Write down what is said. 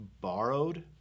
borrowed